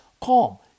calm